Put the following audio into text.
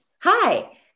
hi